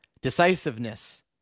decisiveness